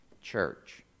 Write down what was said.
church